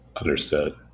understood